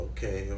Okay